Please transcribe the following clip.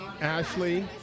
Ashley